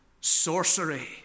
sorcery